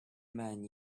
man